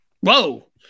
Whoa